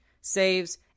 saves